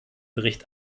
bericht